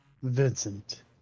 Vincent